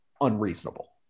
unreasonable